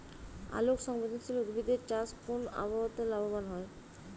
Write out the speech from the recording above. আলোক সংবেদশীল উদ্ভিদ এর চাষ কোন আবহাওয়াতে লাভবান হয়?